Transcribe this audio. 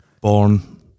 Born